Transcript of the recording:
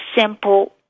simple